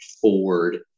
Ford